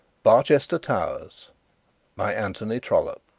barchester towers by anthony trollope